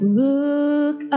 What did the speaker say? look